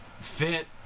fit